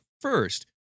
first